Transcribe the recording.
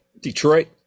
Detroit